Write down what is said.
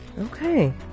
Okay